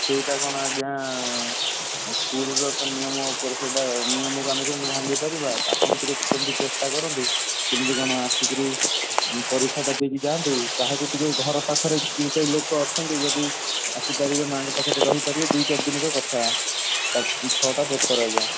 ସେଇଟା କ'ଣ ଆଜ୍ଞା ସ୍କୁଲର ତ ନିୟମ ଉପରେ ସେଇଟା ନିୟମକୁ ଆମେ କେମିତି ଭାଙ୍ଗି ପାରିବା ଆପଣ ଟିକେ କେମିତି ଚେଷ୍ଟା କରନ୍ତୁ କେମିତି କ'ଣ ଆସିକିରି ପରୀକ୍ଷାଟା ଦେଇକି ଯାଆନ୍ତୁ କାହାକୁ ଟିକେ ଘର ପାଖରେ କେହି ଲୋକ ଅଛନ୍ତି ଯଦି ଆସିପାରିବେ ମାଆଙ୍କ ପାଖରେ ରହିପାରିବେ ଦୁଇ ଚାରି ଦିନର କଥା ଛଅଟା ପେପର ଆଜ୍ଞା